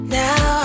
now